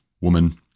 woman